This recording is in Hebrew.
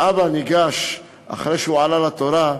האבא ניגש, אחרי שהוא עלה לתורה,